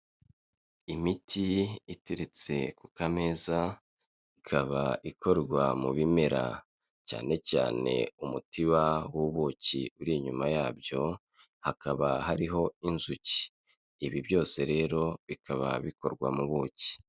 Imiti iteretse ku kameza ikaba ikorwa mu bimera cyane cyane umutiba w'ubuki uri inyuma yabyo hakaba hariho inzuki ,ibi byose rero bikaba bikorwa m’ubuki.